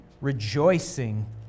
rejoicing